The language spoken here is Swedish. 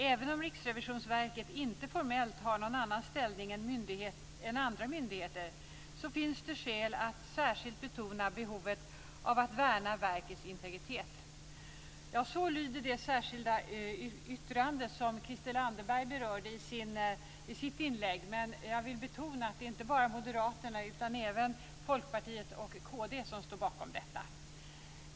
Även om Riksrevisionsverket inte formellt har någon annan ställning än andra myndigheter finns det skäl att särskilt betona behovet av att värna verkets integritet. Så lyder det särskilda yttrande som Christel Anderberg berörde i sitt inlägg. Men jag vill betona att det inte bara är Moderaterna utan även Folkpartiet och kd som står bakom detta.